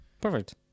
Perfect